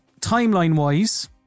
timeline-wise